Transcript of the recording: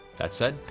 that said,